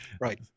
right